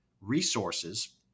resources